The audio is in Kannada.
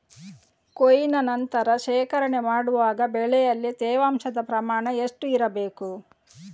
ಕೊಯ್ಲಿನ ನಂತರ ಶೇಖರಣೆ ಮಾಡುವಾಗ ಬೆಳೆಯಲ್ಲಿ ತೇವಾಂಶದ ಪ್ರಮಾಣ ಎಷ್ಟು ಇರಬೇಕು?